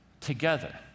together